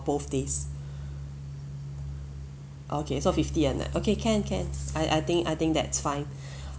both days okay so fifty a night okay can can I I think I think that's fine